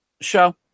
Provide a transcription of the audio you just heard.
show